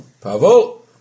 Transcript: Pavel